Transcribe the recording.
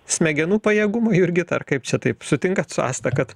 smegenų pajėgumų jurgita ar kaip čia taip sutinka su asta kad